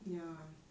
ya